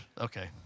okay